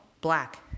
black